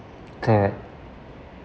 correct